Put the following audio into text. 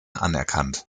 anerkannt